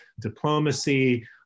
diplomacy